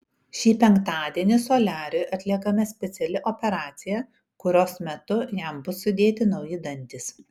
šį penktadienį soliariui atliekama speciali operacija kurios metu jam bus sudėti nauji dantys